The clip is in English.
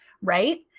right